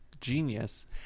Genius